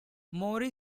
mori